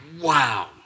wow